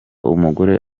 umugore